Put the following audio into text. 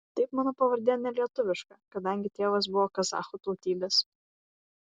taip mano pavardė ne lietuviška kadangi tėvas buvo kazachų tautybės